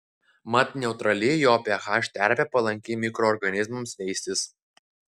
mat neutrali jo ph terpė palanki mikroorganizmams veistis